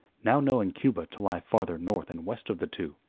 now knowing cuba to lie farther north and west of the two,